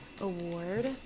award